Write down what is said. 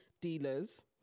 dealers